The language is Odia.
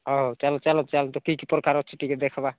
ଅ ହେଉ ଚାଲ ଚାଲ ଚାଲ ତ କି କି ପ୍ରକାର ଅଛି ଟିକେ ଦେଖିବା